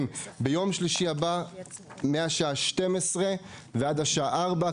ביום שלישי הבא מהשעה 12:00 ועד השעה 16:00,